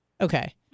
Okay